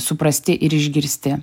suprasti ir išgirsti